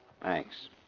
Thanks